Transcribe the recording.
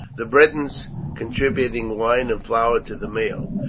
the britons contributing wine and flour to the meal.